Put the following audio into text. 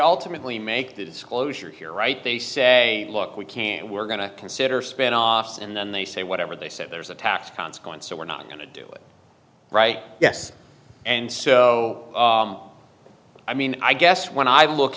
timidly make the disclosure here right they say look we can't we're going to consider spin offs and then they say whatever they said there's a tax consequence or we're not going to do it right yes and so i mean i guess when i look